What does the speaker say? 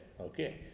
Okay